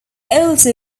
also